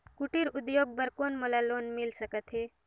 कुटीर उद्योग बर कौन मोला लोन मिल सकत हे?